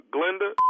Glenda